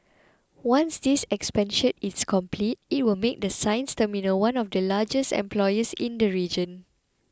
once this expansion is complete it will make the sines terminal one of the largest employers in the region